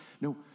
No